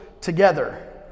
together